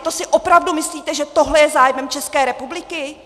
To si opravdu myslíte, že tohle je zájmem České republiky?